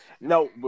no